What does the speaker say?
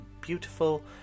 beautiful